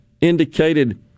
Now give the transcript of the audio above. indicated